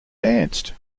danced